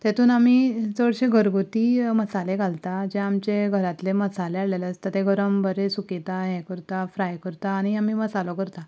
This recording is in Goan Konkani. तेतून आमी चडशे घरगुती मसाले घालता जे आमचे घरांतले मसाले वांटलेले आसाता ते गरम बरे सुकयता हें करता फ्राय करता आनी आमी मसालो करता